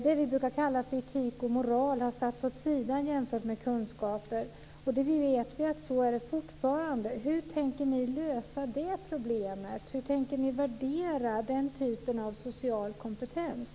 Det vi brukar kalla för etik och moral har satts åt sidan jämfört med kunskap. Vi vet att det är så fortfarande. Hur tänker ni lösa det problemet? Hur tänker ni värdera den typen av social kompetens?